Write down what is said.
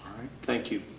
thank you.